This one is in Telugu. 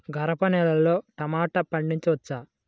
గరపనేలలో టమాటా పండించవచ్చా?